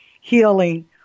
healing